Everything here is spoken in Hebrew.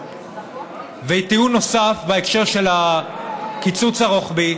טיעון נוסף בהקשר של הקיצוץ הרוחבי,